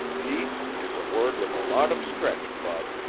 peace is a word with a lot of stretch, bud.